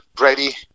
ready